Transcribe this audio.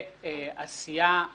והסיעה הגדולה,